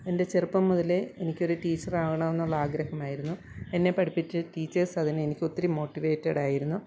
എൻ്റെ ചെറുപ്പം മുതലേ എനിക്കൊരു ടീച്ചറാകണമെന്നുള്ളൊരാഗ്രഹമായിരുന്നു എന്നെ പഠിപ്പിച്ച ടീച്ചേഴ്സതിന് എനിക്ക് ഒത്തിരി മോട്ടിവേറ്റഡായിരുന്നു